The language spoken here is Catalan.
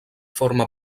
forma